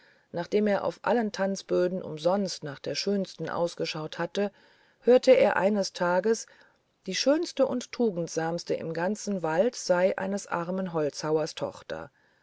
nachdem er auf allen tanzböden umsonst nach der schönsten ausgeschaut hatte hörte er eines tages die schönste und tugendsamste im ganzen wald sei eines armen holzhauers tochter